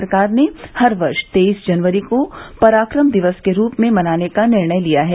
सरकार ने हर वर्ष तेईस जनवरी को पराक्रम दिवस के रूप में मनाने का निर्णय लिया है